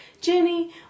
Jenny